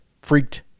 freaked